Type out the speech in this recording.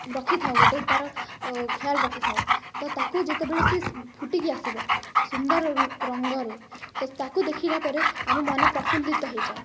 ରଖିଥାଉ ଗୋଟେ ତା'ର ଅ ଖିଆଲ ରଖିଥାଉ ତ ତାକୁ ଯେତେବେଳେ ସେ ଫୁଟିକି ଆସିବ ସୁନ୍ଦର ରଙ୍ଗରେ ତ ତାକୁ ଦେଖିଲାପରେ ଆମ ମନ ପ୍ରଫୁଲ୍ଲିତ ହେଇଯାଏ